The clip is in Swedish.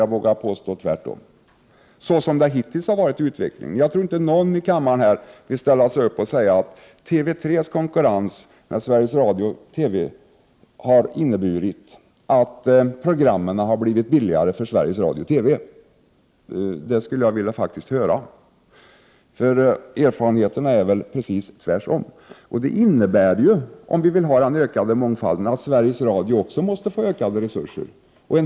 Som det varit hittills i utvecklingen skulle jag vilja hävda precis tvärtom, och jag tror inte att någon här i kammaren kan säga att TV 3:s konkurrens med Sveriges Radio-TV har inneburit att programmen blivit billigare för Sveriges Radio TV. Erfarenheterna hittills visar alltså att det är precis tvärtom. Det innebär, om vi vill ha den ökade mångfalden, att även Sveriges Radio måste få ökade resurser.